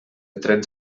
trets